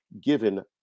given